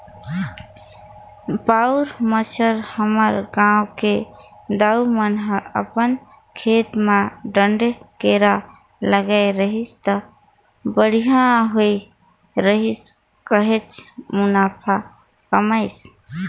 पउर बच्छर हमर गांव के दाऊ मन ह अपन खेत म डांड़े केरा लगाय रहिस त बड़िहा होय रहिस काहेच मुनाफा कमाइस